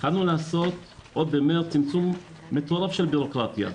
התחלנו לעשות עוד במרס צמצום מטורף של בירוקרטיה.